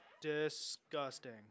Disgusting